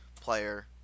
player